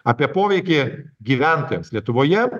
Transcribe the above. apie poveikį gyventojams lietuvoje